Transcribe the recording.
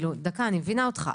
אני מבינה אותך,